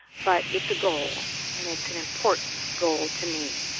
but it's a goal and it's an important goal to me.